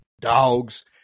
dogs